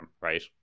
right